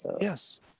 Yes